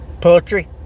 poetry